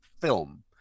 film